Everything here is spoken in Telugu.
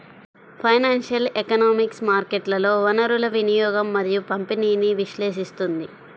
ఫైనాన్షియల్ ఎకనామిక్స్ మార్కెట్లలో వనరుల వినియోగం మరియు పంపిణీని విశ్లేషిస్తుంది